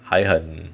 还很